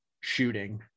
shooting